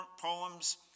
poems